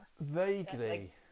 Vaguely